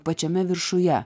pačiame viršuje